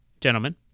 gentlemen